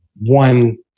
one